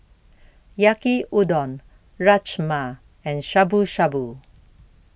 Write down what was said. Yaki Udon Rajma and Shabu Shabu